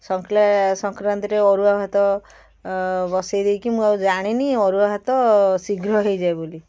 ସଂକ୍ଲା ସଂକ୍ରାନ୍ତିରେ ଅରୁଆ ଭାତ ବସେଇ ଦେଇକି ମୁଁ ଆଉ ଜାଣିନି ଅରୁଆ ଭାତ ଶୀଘ୍ର ହେଇଯାଏ ବୋଲି